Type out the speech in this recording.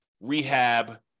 rehab